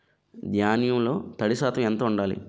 ధాన్యంలో తడి శాతం ఎంత ఉండాలి?